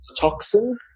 toxin